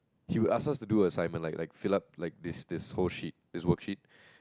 he would ask us to do assignment like like fill up like this this whole sheet this worksheet